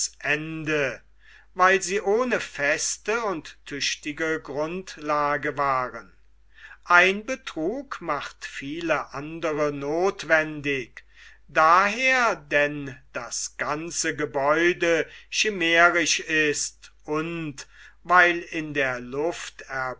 ende weil sie ohne feste und tüchtige grundlage waren ein betrug macht viele andre nothwendig daher denn das ganze gebäude schimärisch ist und weil in der luft